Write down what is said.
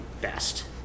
best